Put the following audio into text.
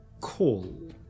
call